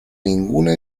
ninguna